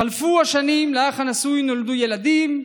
חלפו השנים, לאח הנשוי נולדו ילדים,